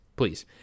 please